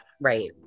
right